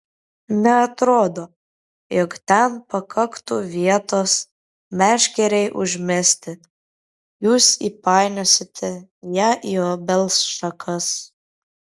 neatrodo jog ten pakaktų vietos meškerei užmesti jūs įpainiosite ją į obels šakas